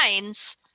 lines